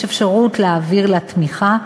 יש אפשרות להעביר לה תמיכה,